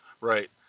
Right